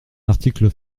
article